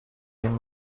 این